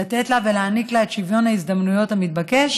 לתת לה ולהעניק לה את שוויון ההזדמנויות המתבקש